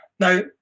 Now